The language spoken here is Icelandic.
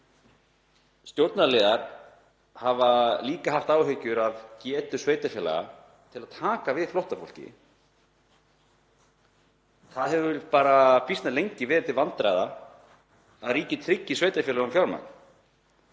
nei. Stjórnarliðar hafa líka haft áhyggjur af getu sveitarfélaga til að taka við flóttafólki. Það hefur býsna lengi verið til vandræða að ríkið tryggi sveitarfélögunum fjármagn